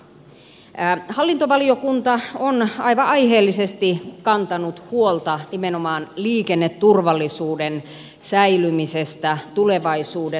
hallintovaliokunta on aivan aiheellisesti kantanut huolta nimenomaan liikenneturvallisuuden säilymisestä tulevaisuudessa